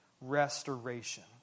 restoration